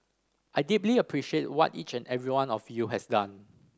I deeply appreciate what each and every one of you has done